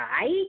right